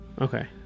Okay